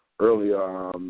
Earlier